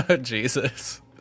Jesus